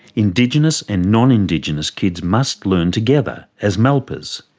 indigenous and non-indigenous kids must learn together as malpas.